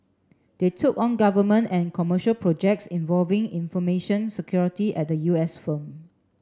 they took on government and commercial projects involving information security at the U S firm